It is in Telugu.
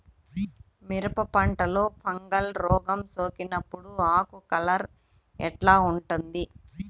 మిరప పంటలో ఫంగల్ రోగం సోకినప్పుడు ఆకు కలర్ ఎట్లా ఉంటుంది?